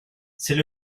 c’est